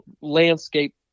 landscape